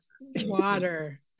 water